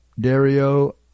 Dario